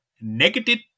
Negative